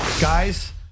Guys